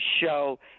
show